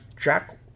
Jack